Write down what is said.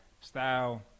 Style